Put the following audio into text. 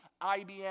ibm